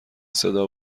صدا